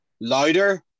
louder